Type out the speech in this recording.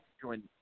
join